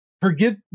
Forget